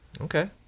Okay